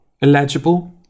Illegible